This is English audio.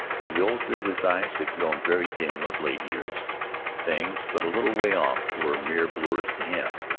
for the old grizzly's eyes had grown very dim of late years things but a little way off were mere blurs to him.